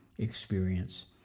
experience